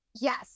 Yes